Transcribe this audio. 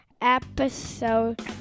episode